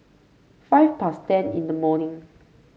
five past ten in the morning